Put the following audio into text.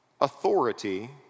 authority